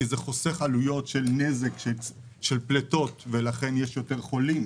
כי זה חוסך עלויות של נזק של פליטות ולכן יש פחות חולים